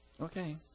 Okay